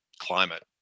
climate